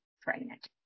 pregnant